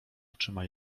oczyma